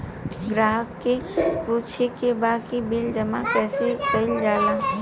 ग्राहक के पूछे के बा की बिल जमा कैसे कईल जाला?